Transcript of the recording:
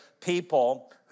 people